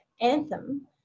anthem